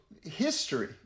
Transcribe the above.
history